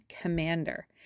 commander